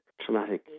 traumatic